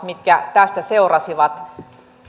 mitkä tästä seurasivat